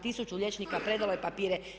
1000 liječnika predalo je papire.